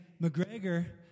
McGregor